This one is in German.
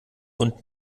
und